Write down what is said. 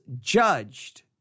judged